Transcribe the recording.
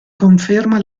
conferma